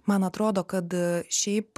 man atrodo kad šiaip